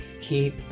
Keep